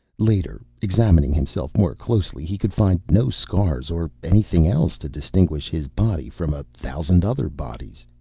later, examining himself more closely, he could find no scars or anything else to distinguish his body from a thousand other bodies.